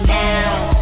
now